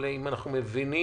אם אנחנו מבינים,